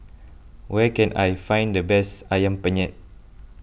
where can I find the best Ayam Penyet